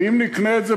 ואם נקנה את זה